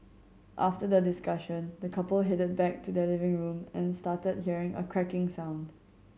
after the discussion the couple headed back to their living room and started hearing a cracking sound